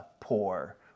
poor